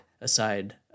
aside